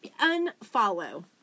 unfollow